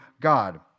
God